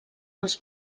els